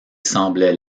semblait